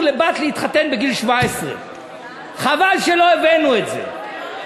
לבת להתחתן בגיל 17. חבל שלא הבאנו את זה.